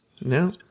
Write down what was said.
no